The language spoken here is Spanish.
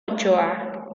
ochoa